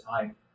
time